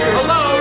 Hello